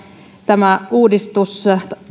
tämä uudistus